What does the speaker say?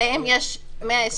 עליהם יש 120%,